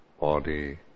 body